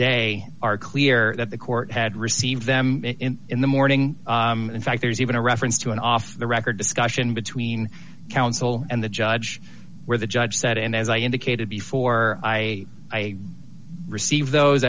day are clear that the court had received them in the morning in fact there's even a reference to an off the record discussion between counsel and the judge where the judge said and as i indicated before i i received those